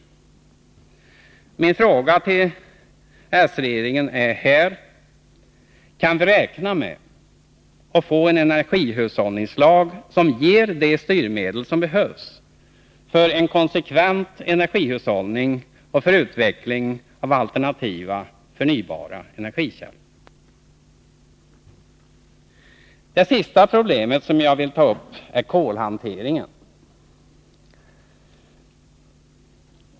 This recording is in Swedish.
Min femte fråga till s-regeringen är: Kan vi räkna med att få en energihushållningslag som ger de styrmedel som behövs för en konsekvent energihushållning och för utveckling av alternativa förnybara energikällor? Det sista problem som jag vill ta upp nu är kolhanteringen.